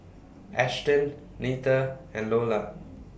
Ashton Neta and Iola